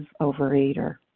overeater